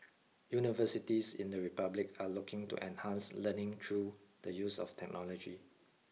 universities in the republic are looking to enhance learning through the use of technology